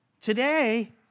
Today